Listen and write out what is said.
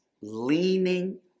leaning